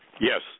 Yes